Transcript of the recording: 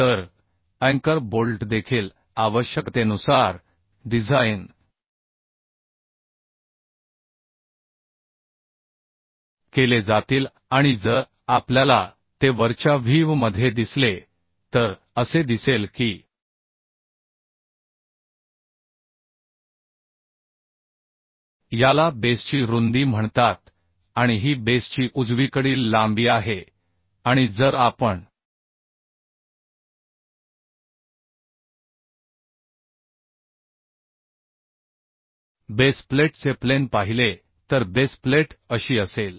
तर अँकर बोल्ट देखील आवश्यकतेनुसार डिझाइन केले जातील आणि जर आपल्याला ते वरच्या व्हीव मध्ये दिसले तर असे दिसेल की याला बेसची रुंदी म्हणतात आणि ही बेसची उजवीकडील लांबी आहे आणि जर आपण बेस प्लेटचे प्लेन पाहिले तर बेस प्लेट अशी असेल